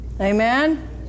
Amen